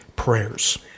prayers